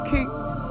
Kings